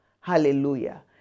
Hallelujah